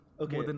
Okay